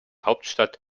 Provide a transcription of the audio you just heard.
hauptstadt